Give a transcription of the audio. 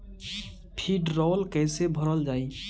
भीडरौल कैसे भरल जाइ?